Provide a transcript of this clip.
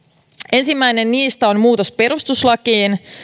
ensimmäinen niistä on muutos perustuslakiin